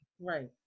Right